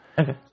okay